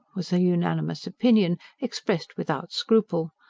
was the unanimous opinion, expressed without scruple.